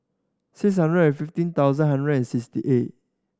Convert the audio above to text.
six hundred and fifteen thousand hundred and sixty eight